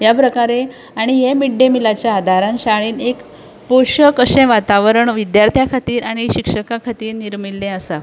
ह्या प्रकारे आनी हे मिड डे मिलाच्या आदारान शाळेन एक पोशक अशें वातावरण विद्यार्थ्यां खातीर आनी शिक्षका खातीर निर्मिल्लें आसा